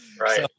right